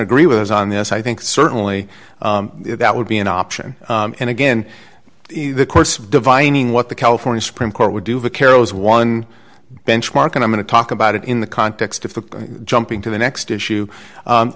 agree with us on this i think certainly that would be an option and again the course of dividing what the california supreme court would do the carroll's one benchmark and i'm going to talk about it in the context of jumping to the next